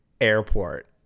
Airport